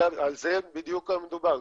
על זה בדיוק מדובר.